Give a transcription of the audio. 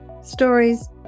stories